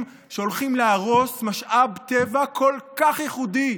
שהולכים להרוס משאב טבע כל כך ייחודי,